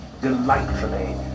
delightfully